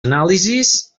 anàlisis